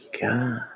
God